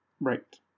Right